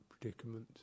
predicament